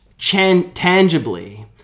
tangibly